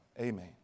Amen